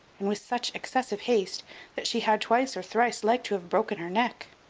and with such excessive haste that she had twice or thrice like to have broken her neck.